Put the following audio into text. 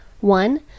one